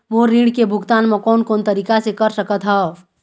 मोर ऋण के भुगतान म कोन कोन तरीका से कर सकत हव?